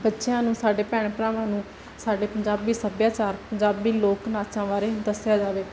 ਬੱਚਿਆਂ ਨੂੰ ਸਾਡੇ ਭੈਣ ਭਰਾਵਾਂ ਨੂੰ ਸਾਡੇ ਪੰਜਾਬੀ ਸੱਭਿਆਚਾਰ ਪੰਜਾਬੀ ਲੋਕ ਨਾਚਾਂ ਬਾਰੇ ਦੱਸਿਆ ਜਾਵੇ